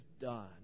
done